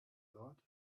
thought